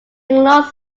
longed